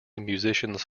musicians